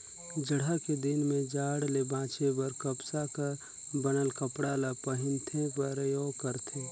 जड़हा के दिन में जाड़ ले बांचे बर कपसा कर बनल कपड़ा ल पहिनथे, परयोग करथे